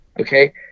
okay